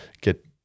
get